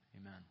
amen